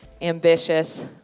ambitious